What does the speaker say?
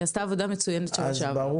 היא עשתה עבודה מצוינת בשבוע שעבר.